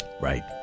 right